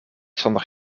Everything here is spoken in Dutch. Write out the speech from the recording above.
zonder